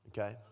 Okay